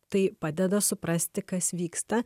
tai padeda suprasti kas vyksta